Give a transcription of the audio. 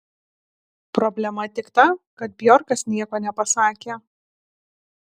problema tik ta kad bjorkas nieko nepasakė